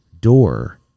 door